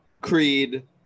creed